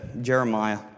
Jeremiah